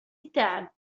التعب